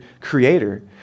creator